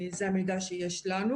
זאת אומרת הקטע הזה יותר מסודר.